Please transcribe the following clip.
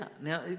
Now